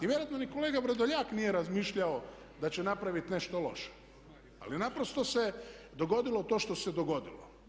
I vjerojatno ni kolega Vrdoljak nije razmišljao da će napravit nešto loše, ali naprosto se dogodilo to što se dogodilo.